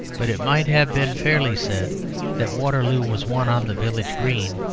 but it might have been fairly said that waterloo was won on the village green,